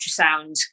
ultrasound